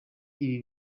ibi